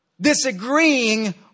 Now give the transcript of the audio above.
disagreeing